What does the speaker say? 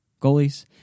goalies